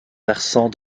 versant